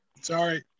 Sorry